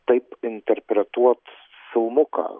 taip interpretuot filmuką